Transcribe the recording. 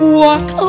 walk